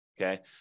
okay